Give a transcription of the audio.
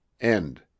End